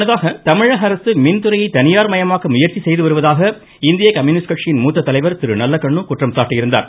முன்னதாக தமிழகஅரசு மின்துறையை தனியார் மயமாக்க முயந்சி செய்துவருவதாக இந்திய கம்யூனிஸ்ட் கட்சியின் நல்லகண்ணு குற்றம் சாட்டியிருந்தார்